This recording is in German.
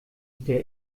der